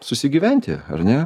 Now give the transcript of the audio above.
susigyventi ar ne